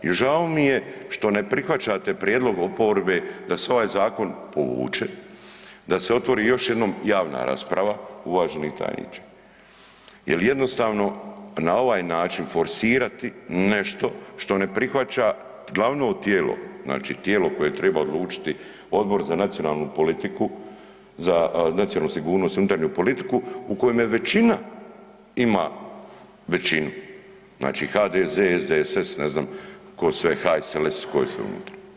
I žao mi je što ne prihvaćate prijedlog oporbe da se ovaj zakon povuče, da se otvori još jednom javna rasprava uvaženi tajniče jel jednostavno na ovaj način forsirati nešto što ne prihvaća glavno tijelo, znači tijelo koje treba odlučiti Odbor za nacionalnu politiku, za nacionalnu sigurnosti i unutarnju politiku u kojem je većina ima većinu, znači HDZ, SDSS, ne znam ko sve, HSLS i ko je sve unutra.